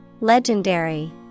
Legendary